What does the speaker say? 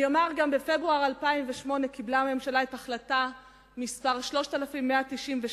בפברואר 2008 קיבלה הממשלה את החלטה מס' 3190,